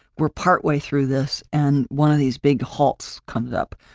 we're partway through this and one of these big halts comes up.